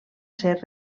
ser